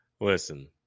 Listen